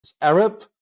Arab